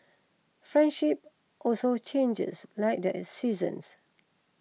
friendship also changes like the seasons